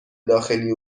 داخلی